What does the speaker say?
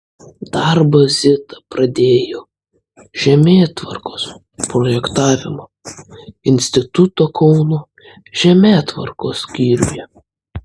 darbą zita pradėjo žemėtvarkos projektavimo instituto kauno žemėtvarkos skyriuje